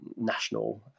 national